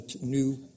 new